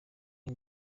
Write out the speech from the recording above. iyi